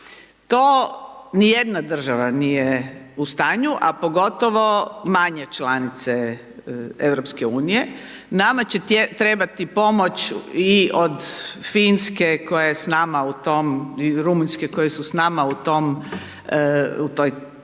To ni jedna država nije u stanju, a pogotovo manje članice EU, nama će trebati pomoć i od Finske, koja je s nama u tom i Rumunjske, koje su s nama u toj trojci